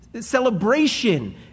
celebration